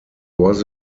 was